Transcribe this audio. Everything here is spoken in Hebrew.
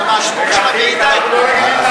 אתה מהשוונג של הוועידה אתמול.